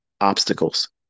obstacles